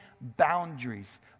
boundaries